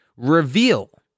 Reveal